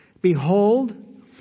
Behold